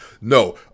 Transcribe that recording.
No